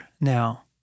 now